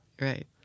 Right